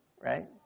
right